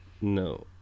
No